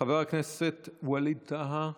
חבר הכנסת ווליד טאהא,